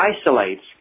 isolates